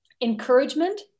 encouragement